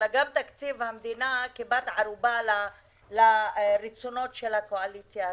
אלא גם את תקציב המדינה כבת ערובה לרצונות של הקואליציה הזו.